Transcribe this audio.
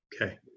Okay